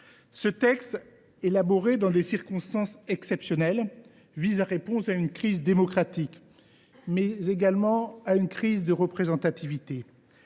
ce texte, élaboré dans des circonstances exceptionnelles, vise à répondre à une crise démocratique, mais également à une crise de représentativité.